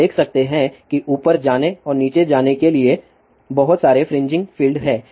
आप देख सकते हैं कि ऊपर जाने और नीचे जाने के लिए बहुत सारे फ्रिंजिंग फील्ड हैं